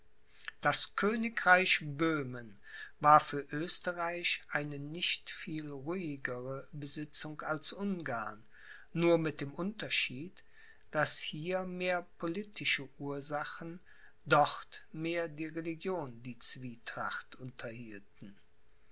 das königreich böhmen war für oesterreich eine nicht viel ruhigere besitzung als ungarn nur mit dem unterschied daß hier mehr politische ursachen dort mehr die religion die zwietracht unterhielten